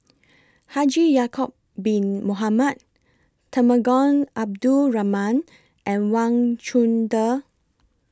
Haji Ya'Acob Bin Mohamed Temenggong Abdul Rahman and Wang Chunde